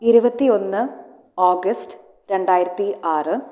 ഇരുപത്തി ഒന്ന് ഓഗസ്റ്റ് രണ്ടായിരത്തി ആറ്